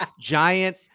giant